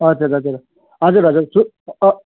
हजुर हजुर हजुर हजुर